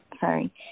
Sorry